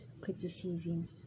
criticizing